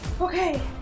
Okay